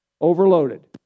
overloaded